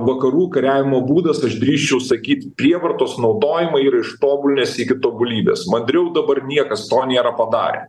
vakarų kariavimo būdas aš drįsčiau sakyt prievartos naudojimą yr ištobulinęs iki tobulybės mandriau dabar niekas to nėra padarę